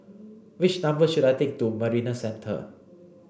which number should I take to Marina Centre